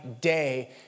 day